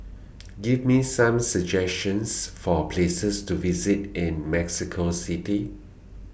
Give Me Some suggestions For Places to visit in Mexico City